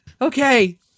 okay